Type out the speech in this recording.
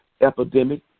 epidemic